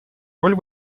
роль